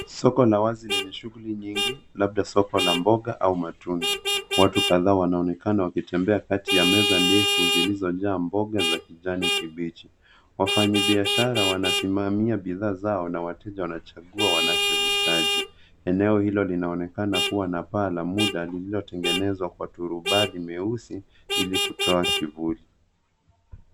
Soko la wazi lenye shughuli nyingi labda soko la mboga au matunda. Watu kadhaa wanaonekana wakitembea kati ya meza ndefu zilizojaa mboga za kijani kibichi. Wafanyi biashara wanasimamia bidhaa zao na wateja wanachagua wanachoitaji. Eneo hilo linaonekana kuwa na paa la muda lililotegenezwa kwa turubali nyeusi ili kutoa kivuli.